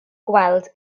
gweld